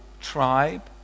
tribe